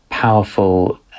Powerful